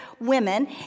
women